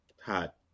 Hot